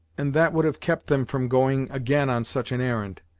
and that would have kept them from going again on such an errand.